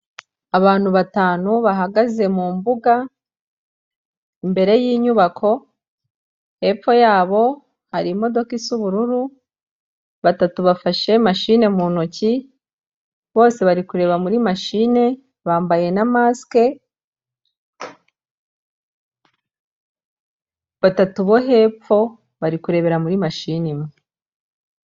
Abantu batanu bahagaze mu mbuga, imbere y'inyubako, hepfo yabo hari imodoka isa ubururu, batatu bafashe mashine mu ntoki bose bari kureba muri mashine bambaye masike, batatu bo hepfo bari kurebera muri mashini imwe.